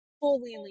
fully